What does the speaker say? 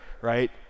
right